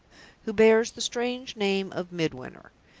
who bears the strange name of midwinter.